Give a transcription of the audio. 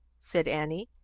said annie,